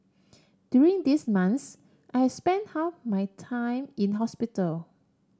during these months I spent half my time in hospital